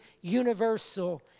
universal